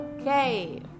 Okay